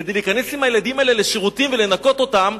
כדי להיכנס עם הילדים האלה לשירותים ולנקות אותם,